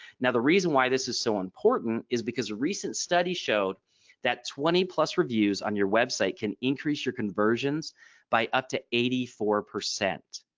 now the reason why this is so important is because a recent study showed that twenty plus reviews on your web site can increase your conversions by up to eighty four percent.